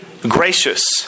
gracious